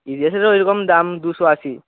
ইতিহাসেরও ওরকম দাম দুশো আশি